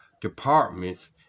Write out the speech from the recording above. departments